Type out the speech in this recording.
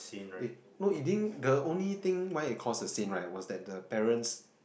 it no it didn't the only thing why it caused a scene right was that the parents